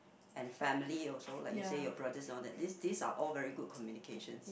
and family also like you say your brothers and all that this this are all very good communications